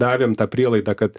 davėm tą prielaidą kad